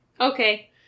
Okay